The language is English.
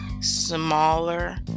smaller